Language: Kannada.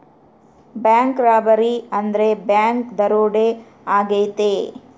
ಬ್ಯಾಂಕ್ ರಾಬರಿ ಅಂದ್ರೆ ಬ್ಯಾಂಕ್ ದರೋಡೆ ಆಗೈತೆ